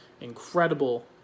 incredible